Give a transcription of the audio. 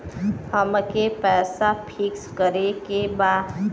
अमके पैसा फिक्स करे के बा?